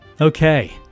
Okay